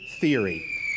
theory